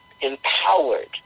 empowered